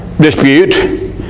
dispute